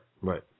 right